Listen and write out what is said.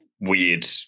weird